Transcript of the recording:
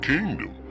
Kingdom